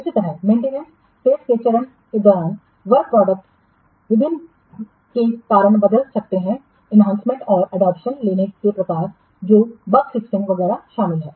इसी तरह maintenance phase के चरण के दौरान फर्क प्रोडक्ट विभिन्न के कारण बदल सकते हैं एनहैंसमेंट और एडॉप्शनस लेने के प्रकार जो बग फिक्सिंग वगैरह शामिल हैं